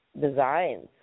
designs